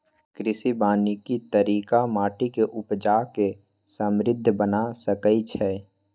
कृषि वानिकी तरिका माटि के उपजा के समृद्ध बना सकइछइ